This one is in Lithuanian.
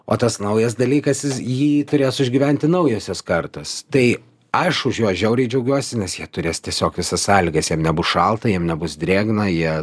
o tas naujas dalykas jis jį turės užgyventi naujosios kartos tai aš už juos žiauriai džiaugiuosi nes jie turės tiesiog visas sąlygas jiem nebus šalta jiem nebus drėgna jie